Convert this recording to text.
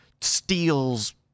steals –